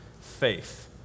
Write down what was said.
faith